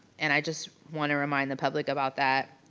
and i just want to remind the public about that.